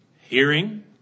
hearing